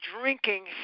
drinking